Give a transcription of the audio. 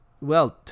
wealth